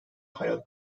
hayal